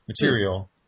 material